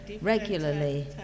regularly